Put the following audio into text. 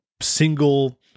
single